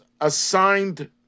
assigned